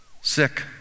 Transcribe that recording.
sick